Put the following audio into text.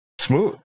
smooth